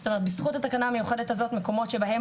זאת אומרת בזכות התקנה המיוחדת הזאת מקומות שבהם